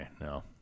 No